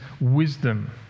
wisdom